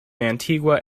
antigua